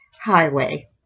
highway